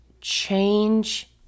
change